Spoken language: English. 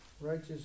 righteous